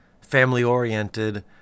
family-oriented